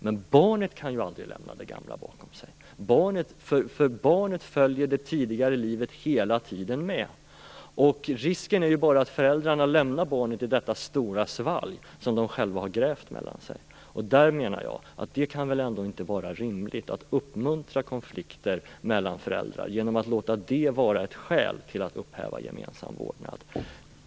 Men barnet kan aldrig lämna det gamla bakom sig. För barnet följer det tidigare livet hela tiden med. Risken är bara att föräldrarna lämnar barnet i detta stora svall som de själva har grävt mellan sig. Där menar jag att det väl ändå inte kan vara rimligt att uppmuntra konflikter mellan föräldrar genom att låta dem vara ett skäl till att upphäva gemensam vårdnad.